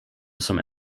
some